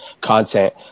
content